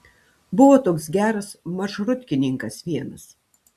buvo toks geras maršrutkininkas vienas